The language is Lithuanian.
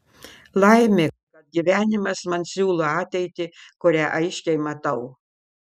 laimė kad gyvenimas man siūlo ateitį kurią aiškiai matau